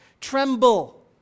tremble